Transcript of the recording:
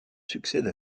succède